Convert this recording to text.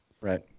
Right